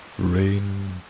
rain